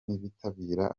ntitabira